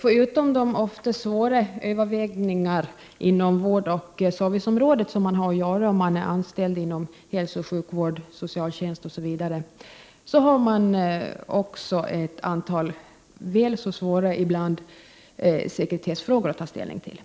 Förutom de ofta svåra överväganden inom vårdoch serviceområdet som man har att göra om man är anställd inom hälsooch sjukvård, socialtjänst osv. har man också ett antal ibland väl så svåra sekretessfrågor att ta ställning till.